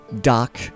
Doc